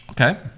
Okay